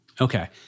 Okay